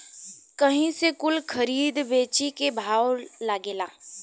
वही से कुल खरीद बेची के भाव लागेला